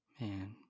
Man